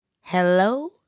Hello